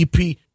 EP